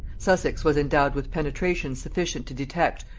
sussex was endowed with penetration sufficient to detect,